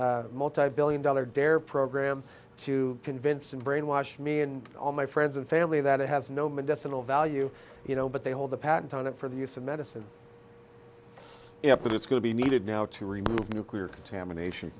year multibillion dollar dare program to convince and brainwashed me and all my friends and family that it has no medicinal value you know but they hold the patent on it for the use of medicine but it's going to be needed now to remove nuclear contamination